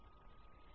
PhD Ph